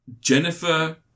Jennifer